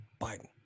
biden